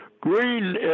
Green